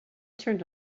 turned